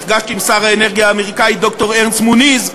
נפגשתי עם שר האנרגיה האמריקני ד"ר ארנסט מוניז,